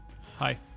Hi